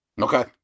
Okay